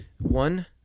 One